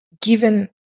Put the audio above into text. given